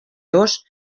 dos